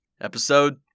Episode